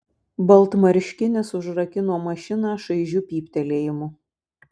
baltmarškinis užrakino mašiną šaižiu pyptelėjimu